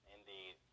Indeed